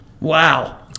wow